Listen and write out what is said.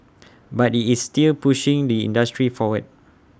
but IT is still pushing the industry forward